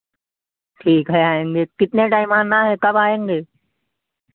ठीक है आएंगे कितना टाइम आना है कब आएंगे